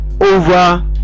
over